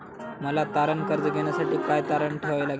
मला तारण कर्ज घेण्यासाठी काय तारण ठेवावे लागेल?